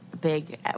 big